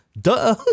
Duh